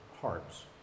hearts